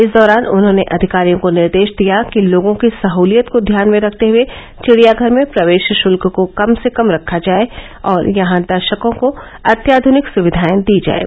इस दौरान उन्होंने अधिकारियों को निर्देश दिया कि लोगों की सहलियत को ध्यान में रखते हए विड़ियाघर में प्रवेश श्ल्क को कम से कम रखा जाए और यहां दर्शकों को अत्याध्निक सुविधाएं दी जाएं